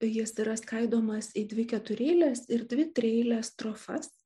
jis yra skaidomas į dvi ketureiles ir dvi trieiles strofas